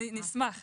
בשמחה,